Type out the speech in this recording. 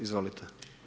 Izvolite.